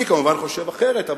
אני כמובן חושב אחרת,